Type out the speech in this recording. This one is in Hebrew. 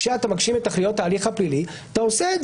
כשאתה מגשים את תכליות ההליך הפלילי אתה עושה את